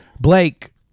Blake